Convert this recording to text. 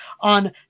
on